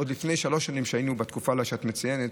עוד לפני שלוש שנים, כשהיינו בתקופה שאת מציינת,